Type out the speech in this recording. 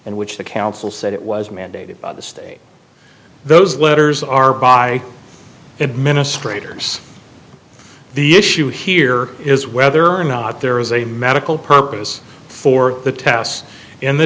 in which the council said it was mandated by the state those letters are by administrators the issue here is whether or not there is a medical purpose for the tests in the